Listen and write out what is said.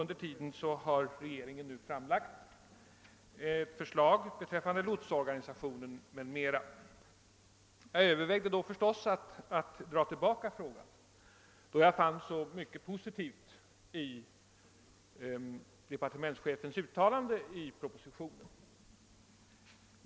Under tiden har regeringen framlagt ett förslag beträffande lotsorganisationen m.m. Jag övervägde att dra tillbaka frågan, då jag fann så mycket positivt i departementschefens uttalande i propositionen.